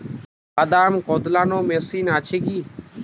বাদাম কদলানো মেশিন আছেকি?